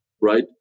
right